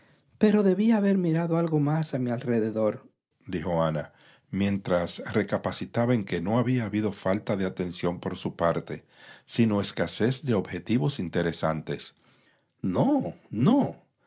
pero debía haber mirado algo más a mi alrededordijo ana mientras recapacitaba en que no había habido falta de atención por su parte sino escasez de objetivos interesantes no no